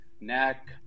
neck